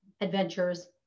Adventures